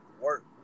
work